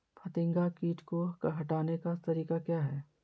फतिंगा किट को हटाने का तरीका क्या है?